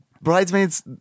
bridesmaids